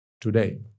today